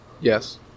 Yes